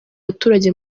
baturage